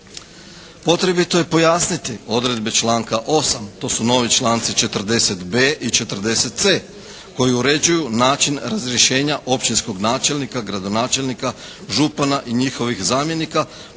Potrebito je pojasniti odredbe članka 8. to su novi članci 40.b i 40.c koji uređuju način razrješenja općinskog načelnika, gradonačelnika, župana i njihovih zamjenika putem